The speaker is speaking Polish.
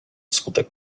wskutek